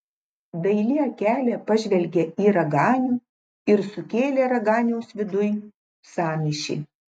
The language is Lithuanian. daili akelė pažvelgė į raganių ir sukėlė raganiaus viduj sąmyšį